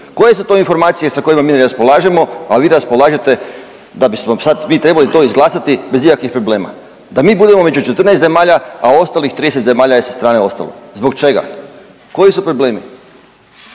Koje su to informacije sa kojima mi ne raspolažemo, a vi raspolažete da bismo sad mi trebali to izglasati bez ikakvih problema, da mi budemo među 14 zemalja, a ostalih 30 zemalja je sa strane ostalo. Zbog čega? Koji su problemi?